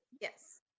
Yes